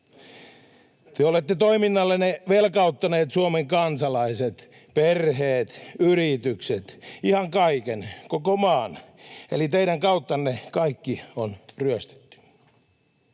Te olette toiminnallanne velkauttaneet Suomen kansalaiset, perheet, yritykset, ihan kaiken, koko maan, eli teidän kauttanne kaikki on ryöstetty.